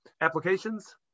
applications